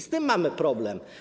Z tym mamy problem.